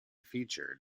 featured